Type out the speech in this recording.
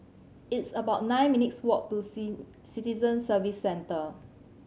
it's about nine minutes' walk to Citizen Services Centre